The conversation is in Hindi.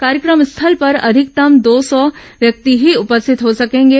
कार्यक्रम स्थल पर अधिकतम दो सौ व्यक्ति ही उपस्थित हो सकेंगे